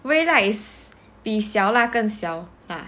微辣 is 比小辣更小辣